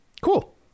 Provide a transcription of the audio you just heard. Cool